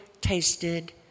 tasted